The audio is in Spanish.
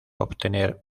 obtener